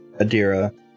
Adira